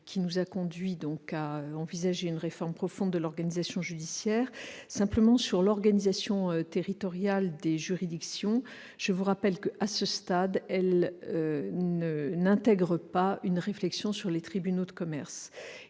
qui nous a conduits à envisager une réforme profonde de l'organisation judiciaire. Simplement, en ce qui concerne l'organisation territoriale des juridictions, je vous rappelle que, à ce stade, celle-ci n'intègre pas de réflexion sur les tribunaux de commerce.